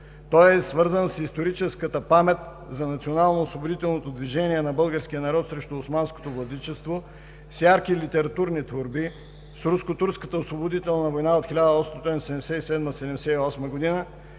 Той е свързан с историческата памет за националноосвободителното движение на българския народ срещу османското владичество, с ярки литературни творби, с Руско-турската освободителна война от 1877 – 1878 г.,